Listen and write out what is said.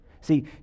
See